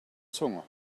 zunge